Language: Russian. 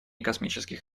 космических